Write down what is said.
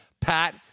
Pat